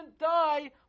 die